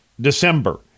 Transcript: December